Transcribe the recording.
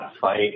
fight